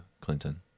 Clinton